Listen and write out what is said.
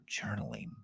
journaling